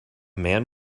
man